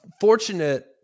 fortunate